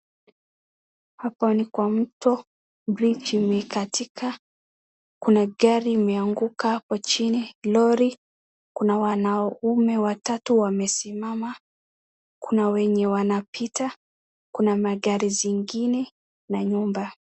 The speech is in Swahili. Hapa ni kwa mto. Bridge imekatika. Kuna gari imeanguka hapo chini, lori. Kuna wanaume watatu wamesimama. Kuna wenye wanapita. Kuna magari zingine na nyumba.